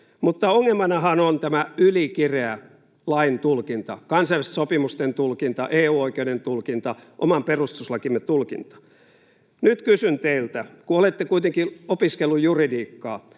Mutta ongelmanahan on tämä ylikireä laintulkinta, kansainvälisten sopimusten tulkinta, EU-oikeuden tulkinta ja oman perustuslakimme tulkinta. Nyt kysyn teiltä, kun olette kuitenkin opiskellut juridiikkaa